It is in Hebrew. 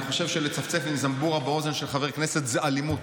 אני חושב שלצפצף עם זמבורה באוזן של חבר כנסת זה אלימות,